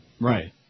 Right